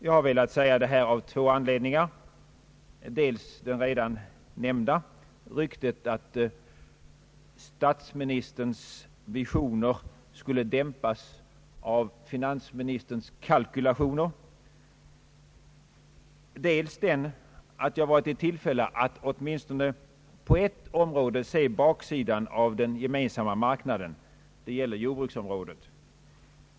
Jag har velat säga detta av två anledningar, dels den redan nämnda, nämligen ryktet att statsministerns visioner skulle dämpas av finansministerns kalkylationer, dels den att jag har varit i tillfälle att åtminstone på ett område se baksidan av Den gemensamma marknaden, nämligen när det gäller jordbruksområdet.